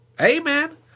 Amen